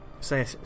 Say